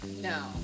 No